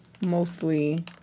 mostly